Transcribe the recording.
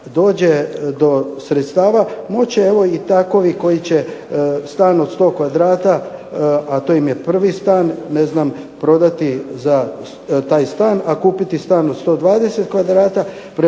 dođe do sredstava? Moći će evo i takovi koji će stan od 100 kvadrata, a to im je prvi stan, prodati za taj stan, a kupiti stan od 120 kvadrata. Prema